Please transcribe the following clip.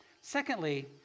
Secondly